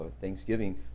Thanksgiving